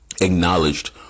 acknowledged